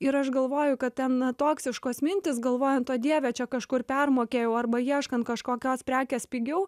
ir aš galvoju kad ten toksiškos mintys galvojant o dieve čia kažkur permokėjau arba ieškant kažkokios prekės pigiau